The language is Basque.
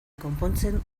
konpontzen